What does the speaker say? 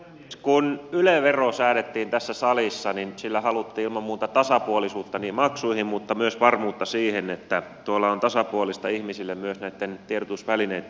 kun yle vero säädettiin tässä salissa niin sillä haluttiin ilman muuta tasapuolisuutta maksuihin mutta myös varmuutta siihen että on tasapuolista ihmisille myös näitten tiedotusvälineitten suhteen